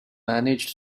managed